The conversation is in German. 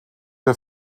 der